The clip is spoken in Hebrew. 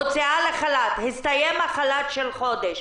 הוצאה לחל"ת והסתיים החל"ת של חודש,